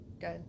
Good